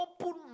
open